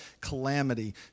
calamity